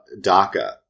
DACA